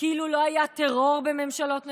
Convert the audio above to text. כאילו לא היה טרור בממשלות נתניהו?